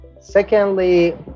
Secondly